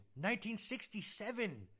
1967